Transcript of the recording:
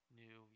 new